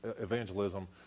evangelism